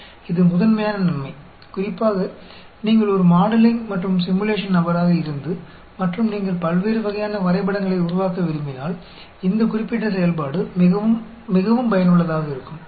तो यह मुख्य लाभ है खासकर यदि आपके पास एक मॉडलिंग और सिमुलेशन सिमुलेशन व्यक्ति हैं और यदि आप विभिन्न प्रकार के रेखांकन उत्पन्न करना चाहते हैं तो यह विशेष कार्य बहुत उपयोगी है